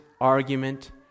argument